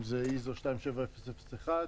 אם זה 27001 ISO,